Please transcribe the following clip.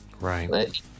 right